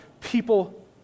people